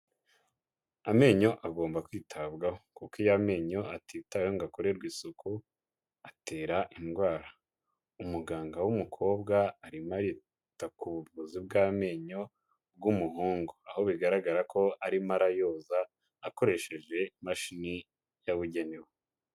Amenyo agomba kwitabwaho kuko iyo amenyo atitayeho ngo akorerwe isuku atera indwara umuganga w'umukobwa arimo arita ku buvuzi bw'amenyo bw'umuhungu aho bigaragara ko arimo arayoza akoresheje imashini yabugenewe.